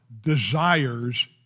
desires